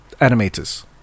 Animators